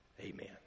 Amen